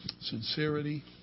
sincerity